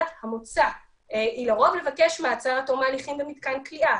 היא לבקש מעצר עד תום ההליכים במתקן כליאה.